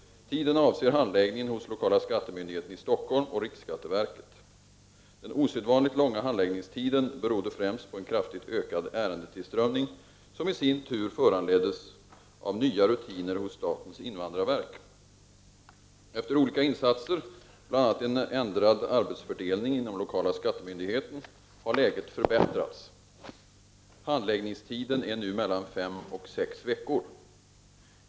Tiden avser handläggningen hos lokala skattemyndigheten i Stockholm och riksskatteverket. Den osedvanligt långa handläggningstiden berodde främst på en kraftigt ökad ärendetillströmning som i sin tur föranleddes av nya rutiner hos statens invandrarverk. Efter olika insatser, bl.a. en ändrad arbetsfördelning inom lokala skattemyndigheten, har läget förbättrats. Handläggningstiden är nu mellan fem och sex veckor.